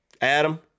Adam